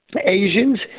Asians